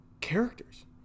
characters